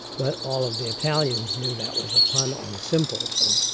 but all of the italians knew that was a pun on simpleton,